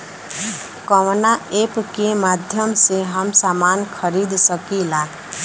कवना ऐपके माध्यम से हम समान खरीद सकीला?